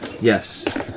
Yes